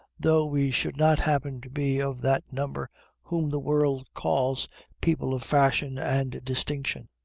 though we should not happen to be of that number whom the world calls people of fashion and distinction.